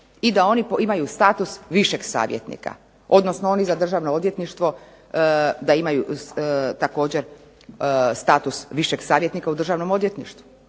i da oni imaju status višeg savjetnika, odnosno oni za Državno odvjetništvo da imaju također status višeg savjetnika u Državnom odvjetništvu.